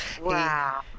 Wow